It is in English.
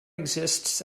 exists